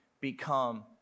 become